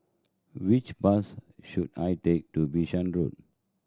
which bus should I take to Bishan Road